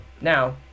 now